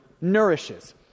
nourishes